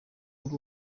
kuri